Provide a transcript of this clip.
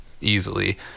Easily